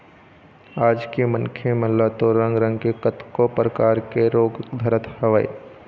आज के मनखे मन ल तो रंग रंग के कतको परकार के रोग धरत हवय